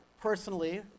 personally